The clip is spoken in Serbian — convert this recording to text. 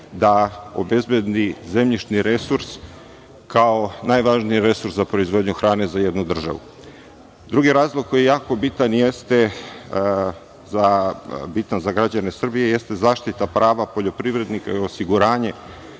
da obezbedi zemljišni resurs kao najvažniji resurs za proizvodnju hrane za jednu državu. Drugi razlog koji je jako bitan za građane Srbije jeste zaštita prava poljoprivrednika i osiguranje